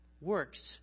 works